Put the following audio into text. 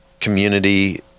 community